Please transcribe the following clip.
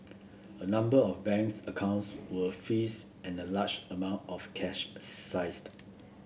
a number of banks accounts were freeze and a large amount of cash a seized